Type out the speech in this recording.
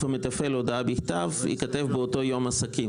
המתפעל הודעה בכתב" ייכתב "באותו יום עסקים",